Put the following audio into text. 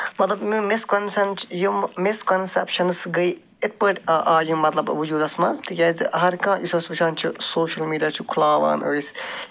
مطلب مےٚ مِسکوٚنسٮ۪ن چھِ یِمہٕ مِسکَنسٮ۪پشَنٕز گٔے یِتھۍ پٲٹھۍ آیہِ یِم مطلب وٕجوٗدَس منٛز تِکیٛازِ ہَر کانٛہہ یُس أسۍ وٕچھان چھِ سوشَل میٖڈیا چھُ کھُلاوان أسۍ